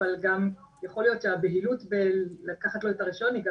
אבל גם יכול להיות שהבהילות בלקחת לו את הרישיון היא גם